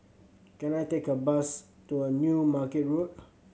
can I take a bus to a New Market Road